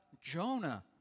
Jonah